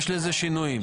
יש בזה שינויים.